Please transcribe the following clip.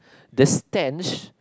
the stench